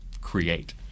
create